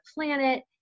planet